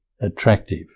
attractive